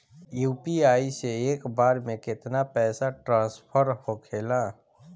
UPI से एक बार मे केतना पैसा ट्रस्फर होखे ला?